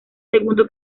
segundo